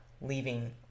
leaving